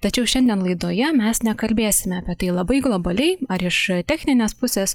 tačiau šiandien laidoje mes nekalbėsime apie tai labai globaliai ar iš techninės pusės